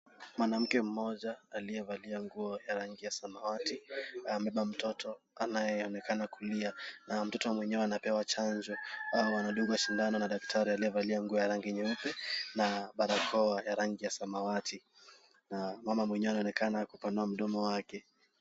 Mwanamke mmoja aliyevalia nguo ya rangi ya samawati anabeba mtoto anayeonekana kulia na mtoto mwenyewe anapewa chanjo au anadungwa sindano na daktari aliyevalia nguo ya rangi nyeupe na barakoa ya rangi ya samawati na mama mwenyewe anaonekana kupanua mdomo wake.